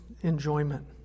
enjoyment